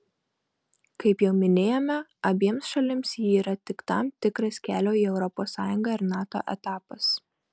kaip jau minėjome abiem šalims ji yra tik tam tikras kelio į europos sąjungą ir nato etapas